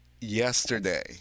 yesterday